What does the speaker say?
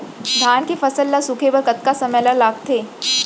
धान के फसल ल सूखे बर कतका समय ल लगथे?